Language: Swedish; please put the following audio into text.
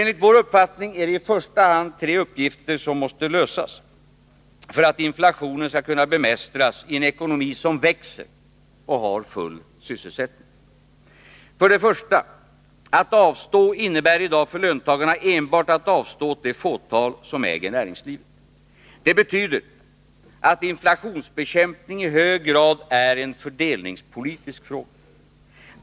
Enligt vår uppfattning är det i första hand tre uppgifter som måste lösas för att inflationen skall kunna bemästras i en ekonomi som växer och har full sysselsättning. För det första: Att avstå innebär i dag för löntagarna enbart att avstå åt det fåtal som äger näringslivet. Det betyder att inflationsbekämpning i hög grad är en fördelningspolitisk fråga.